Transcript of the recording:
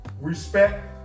respect